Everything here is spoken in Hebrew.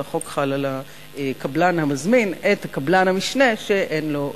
והחוק חל על הקבלן המזמין את קבלן המשנה שאין לו רשיון.